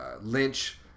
Lynch